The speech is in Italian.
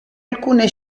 alcune